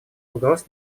угроз